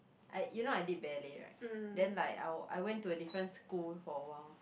I you know I did ballet right then like I w~ I went to a different school for a while